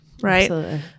right